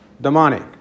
demonic